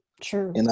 True